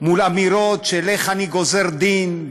מול אמירות של איך אני גוזר דין,